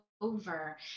over